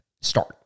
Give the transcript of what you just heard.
Start